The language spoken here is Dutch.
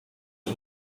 het